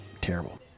terrible